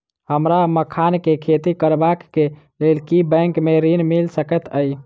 हमरा मखान केँ खेती करबाक केँ लेल की बैंक मै ऋण मिल सकैत अई?